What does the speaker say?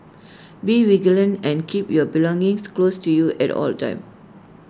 be vigilant and keep your belongings close to you at all the times